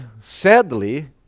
sadly